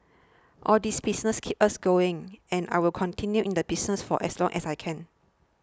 all these business keep us going and I will continue in the business for as long as I can